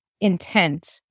intent